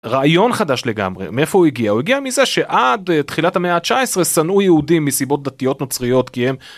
רעיון חדש לגמרי מאיפה הוא הגיע הוא הגיע מזה שעד תחילת המאה התשע עשרה שנאו יהודים מסיבות דתיות נוצריות כי הם.